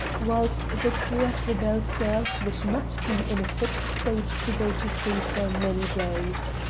whilst the crew of the belles soeurs would not be in a fit state to go to sea for many days.